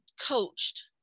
coached